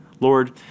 Lord